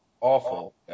awful